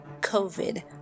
covid